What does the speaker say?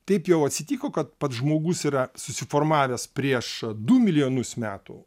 taip jau atsitiko kad pats žmogus yra susiformavęs prieš du milijonus metų